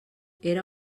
era